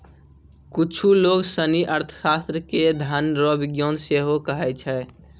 कुच्छु लोग सनी अर्थशास्त्र के धन रो विज्ञान सेहो कहै छै